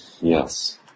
yes